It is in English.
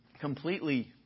completely